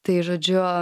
tai žodžiu